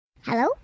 Hello